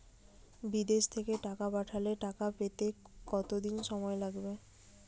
বিদেশ থেকে টাকা পাঠালে টাকা পেতে কদিন সময় লাগবে?